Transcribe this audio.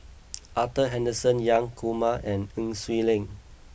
Arthur Henderson Young Kumar and Nai Swee Leng